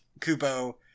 Kubo